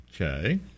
Okay